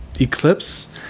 Eclipse